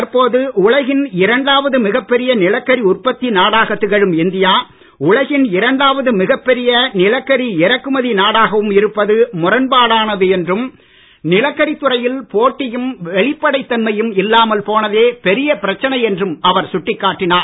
தற்போது உலகின் இரண்டாவது மிகப் பெரிய நிலக்கரி இறக்குமதி உற்பத்தி நாடாக திகழும் இந்தியா உலகின் இரண்டாவது மிகப்பெரிய நிலக்கரி இறக்குமதி நாடாகவும் இருப்பது முரண்பாடானது என்றும் நிலக்கரித்துறையில் போட்டியும் வெளிபடைத்தன்மையும் இல்லாமல் போனதே பெரிய பிரச்சனை என்றும் அவர் சுட்டிக் காட்டினார்